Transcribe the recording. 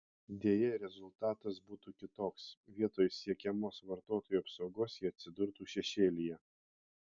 deja rezultatas būtų kitoks vietoj siekiamos vartotojų apsaugos jie atsidurtų šešėlyje